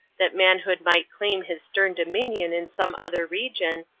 that manhood might claim his stern dominion in some other region,